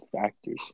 factors